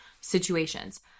situations